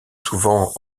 souvent